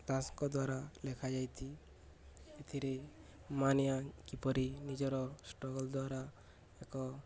ତାସ୍କ୍ ଦ୍ୱାରା ଲେଖାାଯାଇଛି ଏଥିରେ ମାାନିଆ କିପରି ନିଜର ଷ୍ଟ୍ରଗଲ୍ ଦ୍ୱାରା ଏକ